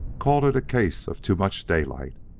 called it a case of too much daylight.